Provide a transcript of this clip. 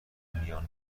میان